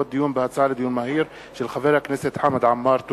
הצעתו של חבר הכנסת חמד עמאר.